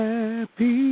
Happy